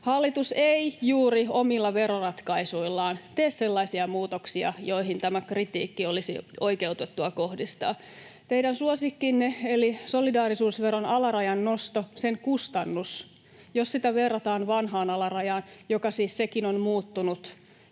Hallitus ei juuri omilla veroratkaisuillaan tee sellaisia muutoksia, joihin tämä kritiikki olisi oikeutettua kohdistaa. Teidän suosikkinne eli solidaarisuusveron alarajan noston kustannus, jos sitä verrataan vanhaan alarajaan, joka siis sekin on muuttunut